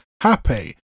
happy